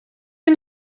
він